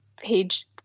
page